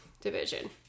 division